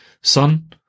Son